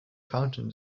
fountain